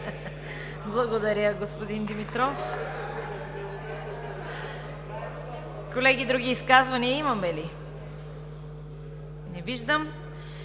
Благодаря Ви, господин Димитров. Колеги, други изказвания имаме ли? Не виждам.